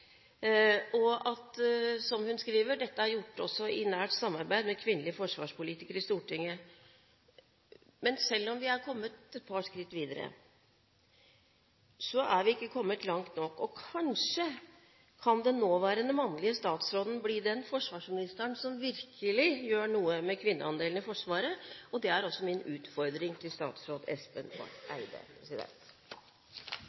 og dette ble, som hun skriver, gjort i nært samarbeid med kvinnelige forsvarspolitikere i Stortinget. Men selv om vi er kommet et par skritt videre, er vi ikke kommet langt nok. Kanskje kan den nåværende, mannlige statsråden bli den forsvarsministeren som virkelig gjør noe med kvinneandelen i Forsvaret. Det er også min utfordring til statsråd Espen